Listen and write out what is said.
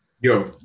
yo